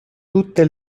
tutte